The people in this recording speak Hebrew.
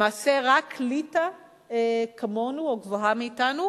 למעשה, רק ליטא כמונו או גבוהה מאתנו.